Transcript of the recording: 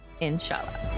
Inshallah